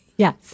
Yes